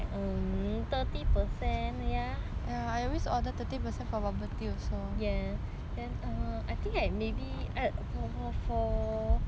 ya then err I think I maybe I add for err